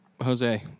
Jose